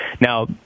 Now